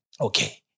Okay